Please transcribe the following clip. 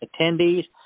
attendees